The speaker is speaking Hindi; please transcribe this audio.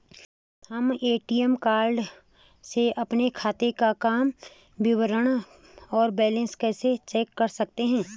हम ए.टी.एम कार्ड से अपने खाते काम विवरण और बैलेंस कैसे चेक कर सकते हैं?